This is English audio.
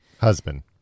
husband